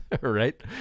Right